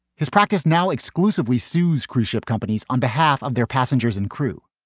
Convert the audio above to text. his practice now exclusively sues cruise ship companies on behalf of their passengers and crew.